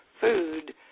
food